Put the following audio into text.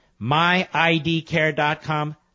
MyIDCare.com